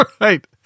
right